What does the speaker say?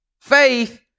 Faith